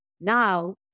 Now